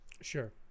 sure